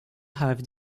have